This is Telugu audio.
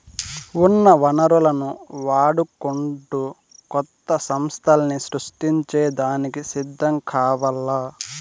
ఉన్న వనరులను వాడుకుంటూ కొత్త సమస్థల్ని సృష్టించే దానికి సిద్ధం కావాల్ల